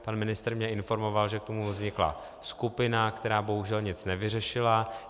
Pan ministr mě informoval, že k tomu vznikla skupina, která bohužel nic nevyřešila.